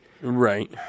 Right